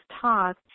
talk